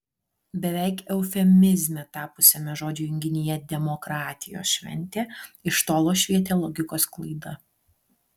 beveik eufemizme tapusiame žodžių junginyje demokratijos šventė iš tolo švietė logikos klaida